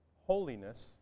holiness